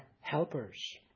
helpers